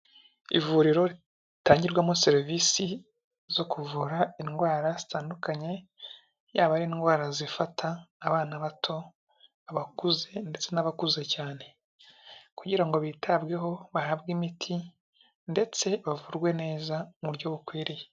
Ivuriro ritangirwamo serivisi zo kuvura indwara zitandukanye yaba ari indwara zifata abana bato, abakuze ndetse n'abakuze cyane, kugira ngo bitabweho bahabwe imiti ndetse bavurwe neza mu buryo bukwiriye.